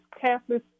Catholic